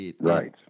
right